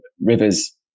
River's